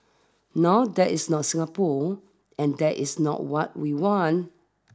now that is not Singapore and that is not what we want